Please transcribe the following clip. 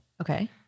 Okay